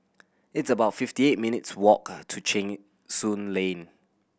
it's about fifty eight minutes' walk to Cheng Soon Lane